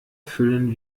füllen